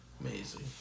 amazing